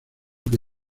que